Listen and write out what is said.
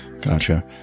Gotcha